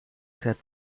said